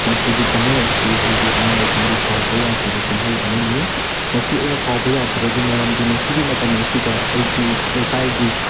ꯃꯆꯨꯒꯤ ꯀꯨꯝꯍꯩ ꯑꯁꯤ ꯑꯩꯒꯤ ꯑꯉꯥꯡ ꯑꯣꯏꯔꯤꯀꯥꯟꯒꯤ ꯀꯥꯎꯕ ꯌꯥꯗ꯭ꯔꯕ ꯀꯨꯝꯍꯩ ꯑꯃꯅꯤ ꯃꯁꯤ ꯑꯩꯅ ꯀꯥꯎꯕ ꯌꯥꯗ꯭ꯔꯤꯕꯒꯤ ꯃꯔꯝꯗꯤ ꯃꯁꯤꯒꯤ ꯃꯇꯝ ꯑꯁꯤꯗ ꯑꯩꯒꯤ ꯂꯩꯀꯥꯏꯒꯤ